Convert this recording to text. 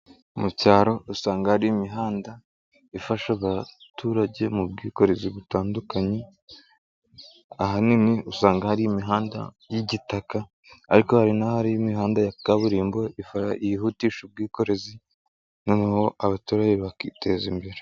Mu cyaro usanga hari imihanda ifasha abaturage mu bwikorezi butandukanye, ahanini usanga hari imihanda y'igitaka ariko hari n'ahari imihanda ya kaburimbo yihutisha ubwikorezi noneho abaturage bakiteza imbere.